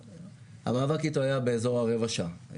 המאבק איתו היה באזור הרבע שעה.